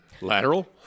lateral